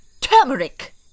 turmeric